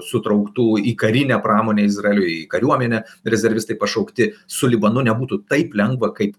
sutrauktų į karinę pramonę izraelio į kariuomenę rezervistai pašaukti su libanu nebūtų taip lengva kaip